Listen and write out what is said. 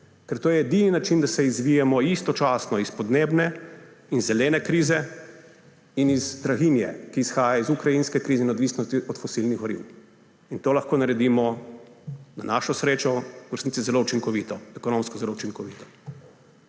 ker je to edini način, da se izvijemo istočasno iz podnebne in zelene krize in iz draginje, ki izhaja iz ukrajinske krize in odvisnosti od fosilnih goriv. To lahko naredimo na našo srečo v resnici zelo učinkovito, ekonomsko zelo učinkovito.